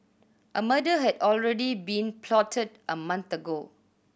a murder had already been plotted a month ago